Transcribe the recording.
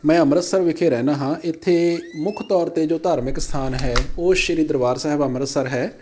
ਮੈਂ ਅੰਮ੍ਰਿਤਸਰ ਵਿਖੇ ਰਹਿੰਦਾ ਹਾਂ ਇੱਥੇ ਮੁੱਖ ਤੌਰ 'ਤੇ ਜੋ ਧਾਰਮਿਕ ਅਸਥਾਨ ਹੈ ਉਹ ਸ਼੍ਰੀ ਦਰਬਾਰ ਸਾਹਿਬ ਅੰਮ੍ਰਿਤਸਰ ਹੈ